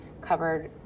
covered